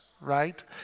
right